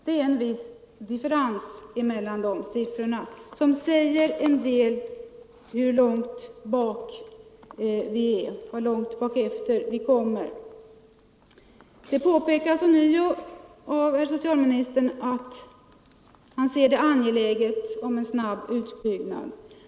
Det är en viss differens mellan dessa siffror som säger en del om hur långt bakefter vi kommer. Socialministern påpekar ånyo att han anser en snabb utbyggnad angelägen.